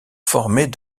formées